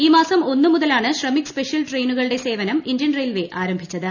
ഇൌ മാസം ഒന്ന് മുതലാണ് ശ്രമിക്ക് സ്പെഷ്യൽ ട്രെയിനുകളുടെ സേവനം ഇന്ത്യൻ റെയിൽവേ ആരംഭിച്ചത്